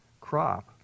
crop